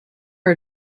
are